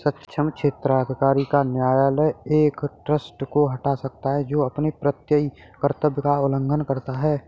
सक्षम क्षेत्राधिकार का न्यायालय एक ट्रस्टी को हटा सकता है जो अपने प्रत्ययी कर्तव्य का उल्लंघन करता है